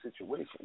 situation